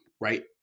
right